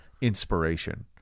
inspiration